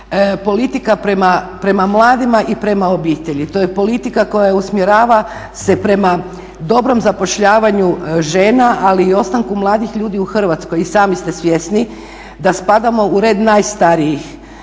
politika prema mladima i prema obitelji. To je politika koja usmjerava se prema dobrom zapošljavanju žena ali i ostanku mladih ljudi u Hrvatskoj. I sami ste svjesni da spadamo u red najstarijih